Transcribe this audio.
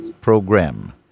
Program